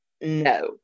No